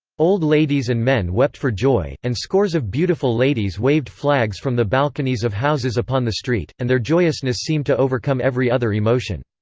old ladies and men wept for joy, and scores of beautiful ladies waved flags from the balconies of houses upon the street, and their joyousness seemed to overcome every other emotion.